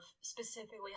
specifically